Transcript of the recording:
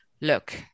look